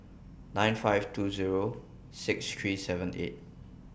nine five two Zero six three seven eight